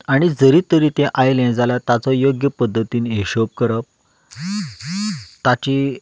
आनी जरी तरी तें आयलें जाल्यार ताजो योग्य पद्दतीन हिशोब करप ताची